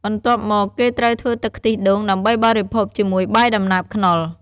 បន្ទាប់មកគេត្រូវធ្វើទឹកខ្ទិះដូង ដើម្បីបរិភោគជាមួយបាយដំណើបខ្នុរ។